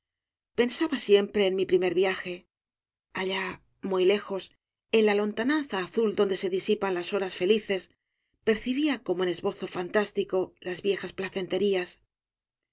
pensaba siempre en mi primer viaje allá muy lejos en la lontananza azul donde se disipan las horas felices percibía como en esbozo fantástico las viejas placenterías